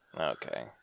Okay